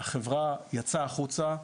החברה יצאה החוצה.